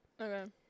Okay